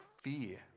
fear